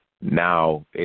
now